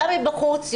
באה מבחוץ,